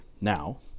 now